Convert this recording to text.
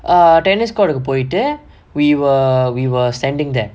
err tennis court got a boy there we were we were standing there